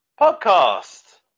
podcast